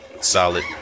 solid